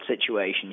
situation